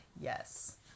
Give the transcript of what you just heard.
yes